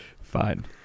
Fine